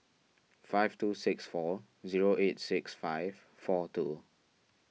five two six four zero eight six five four two